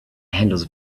handles